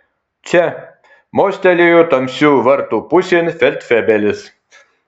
čia mostelėjo tamsių vartų pusėn feldfebelis